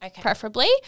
preferably